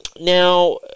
Now